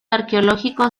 arqueológico